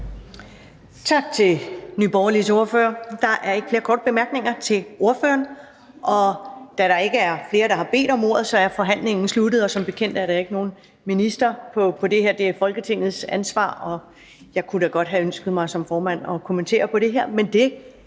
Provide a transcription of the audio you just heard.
Tak til Nye Borgerliges ordfører. Der er ikke flere korte bemærkninger til ordføreren. Da der ikke er flere, der har bedt om ordet, er forhandlingen sluttet. Og som bekendt er der ikke nogen minister på det her punkt, da det er Folketingets ansvar. Jeg kunne da godt have ønsket mig som formand at kommentere på det her,